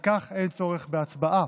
על כך אין צורך בהצבעה.